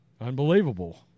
unbelievable